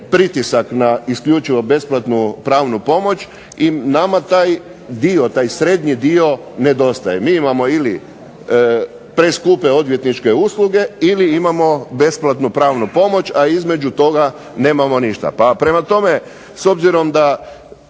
pritisak na isključivo besplatnu pravnu pomoć i nama taj dio, taj srednji dio nedostaje. Mi imamo ili preskupe odvjetničke usluge ili imamo besplatnu pravnu pomoć, a između toga nemamo ništa. Pa prema tome, s obzirom da